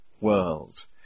world